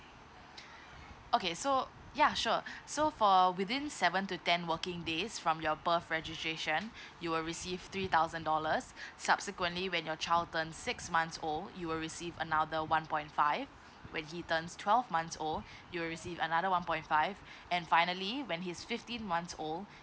okay so ya sure so for within seven to ten working days from your birth registration you will receive three thousand dollars subsequently when your child turn six months old you will receive another one point five when he turns twelve months old you will receive another one point five and finally when he's fifteen months old